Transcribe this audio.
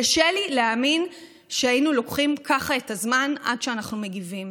קשה לי להאמין שהיינו לוקחים ככה את הזמן עד שאנחנו מגיבים.